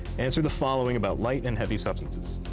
answer the following about light and heavy substances.